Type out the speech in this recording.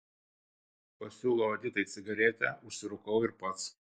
pasiūlau editai cigaretę užsirūkau ir pats